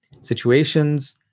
situations